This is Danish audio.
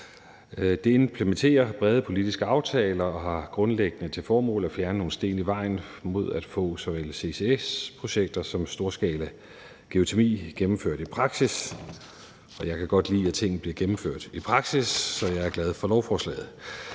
Det implementerer brede politiske aftaler og har grundlæggende til formål at fjerne nogle sten på vejen mod at få såvel ccs-projekter som storskalageotermi gennemført i praksis. Og jeg kan godt lide, at tingene bliver gennemført i praksis, så jeg er glad for lovforslaget.